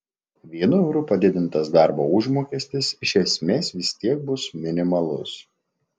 vienu euru padidintas darbo užmokestis iš esmės vis tiek bus minimalus